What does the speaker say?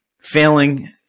failing